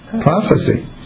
prophecy